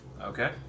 Okay